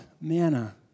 manna